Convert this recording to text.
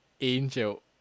angel